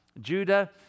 Judah